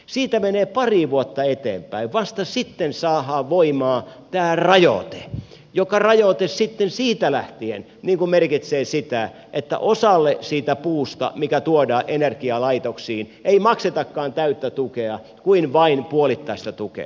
siitä menee pari vuotta eteenpäin vasta sitten saadaan voimaan tämä rajoite joka rajoite sitten siitä lähtien merkitsee sitä että osalle siitä puusta mikä tuodaan energialaitoksiin ei maksetakaan täyttä tukea vaan vain puolittaista tukea